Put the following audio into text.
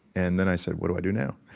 and then i said, what do i do now?